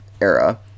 era